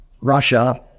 Russia